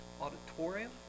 auditorium